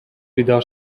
بیدار